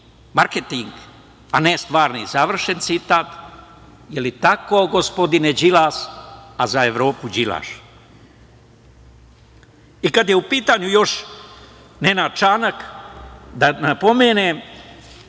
marketing, a ne stvarni", završen citat. Je li tako, gospodine Đilas, a za Evropu đilaš? Kada je u pitanju Nenad Čanak, da napomenem,